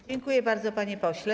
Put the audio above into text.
Dziękuję bardzo, panie pośle.